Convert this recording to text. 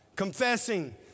confessing